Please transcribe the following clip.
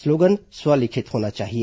slogan स्व लिखित होना चाहिए